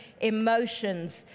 emotions